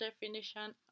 definition